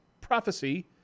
Prophecy